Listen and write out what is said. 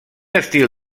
estil